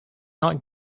not